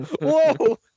Whoa